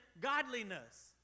godliness